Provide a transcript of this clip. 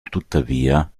tuttavia